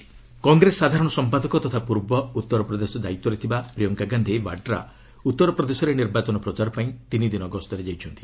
Priyanka campaign Congress ସାଧାରଣ ସମ୍ପାଦକ ତଥା ପୂର୍ବ ଉତ୍ତରପ୍ରଦେଶ ଦାୟିତ୍ୱରେ ଥିବା ପ୍ରିୟଙ୍କା ଗାନ୍ଧି ବାଡ୍ରା ଉତ୍ତରପ୍ରଦେଶରେ ନିର୍ବାଚନ ପ୍ରଚାର ପାଇଁ ତିନି ଦିନ ଗସ୍ତରେ ଯାଇଛନ୍ତି